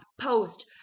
post